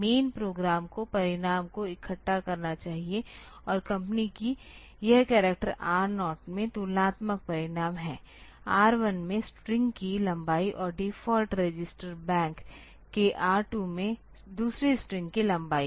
man program को परिणाम को इकट्ठा करना चाहिए और कंपनी कि यह करैक्टर R 0 में तुलनात्मक परिणाम है R1 में स्ट्रिंग की लंबाई और डिफ़ॉल्ट रजिस्टर बैंक के R 2 में दूसरी स्ट्रिंग की लंबाई